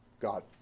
God